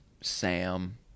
Sam